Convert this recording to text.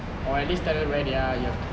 or at least tell them where they are you have to